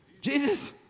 Jesus